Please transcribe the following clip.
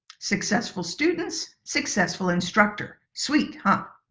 successful students, successful instructor. sweet, huh?